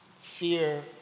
Fear